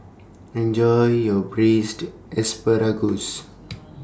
Enjoy your Braised Asparagus